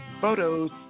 photos